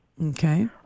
Okay